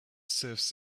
sieves